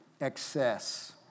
excess